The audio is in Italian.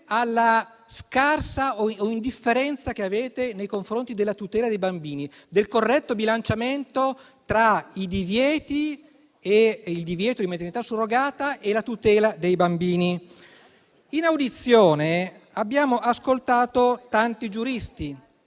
se non indifferenza che avete nei confronti della tutela dei bambini e del corretto bilanciamento tra il divieto di maternità surrogata e la tutela dei bambini. In audizione abbiamo ascoltato tanti giuristi